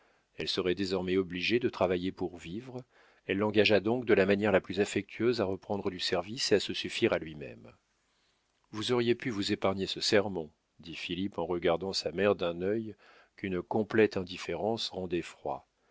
elle serait désormais obligée de travailler pour vivre elle l'engagea donc de la manière la plus affectueuse à reprendre du service et à se suffire à lui-même vous auriez pu vous épargner ce sermon dit philippe en regardant sa mère d'un œil qu'une complète indifférence